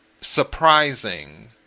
surprising